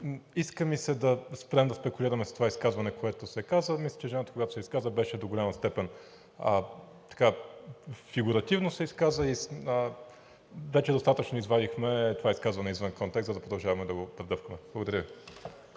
се иска да спрем да спекулираме с това изказване, което се каза. Мисля, че жената, която се изказа, беше до голяма степен… Фигуративно се изказа. Вече достатъчно извадихме това изказване извън контекста, за да продължаваме да го предъвкваме. Благодаря Ви.